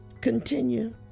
continue